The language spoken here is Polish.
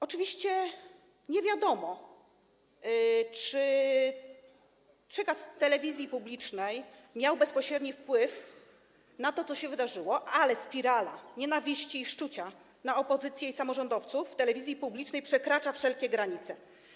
Oczywiście nie wiadomo, czy przekaz telewizji publicznej miał bezpośredni wpływ na to, co się wydarzyło, ale spirala nienawiści i szczucia na opozycję i samorządowców w telewizji publicznej przekracza wszelkie granice.